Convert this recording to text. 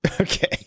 okay